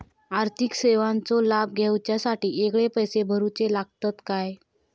आर्थिक सेवेंचो लाभ घेवच्यासाठी वेगळे पैसे भरुचे लागतत काय?